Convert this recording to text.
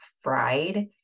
fried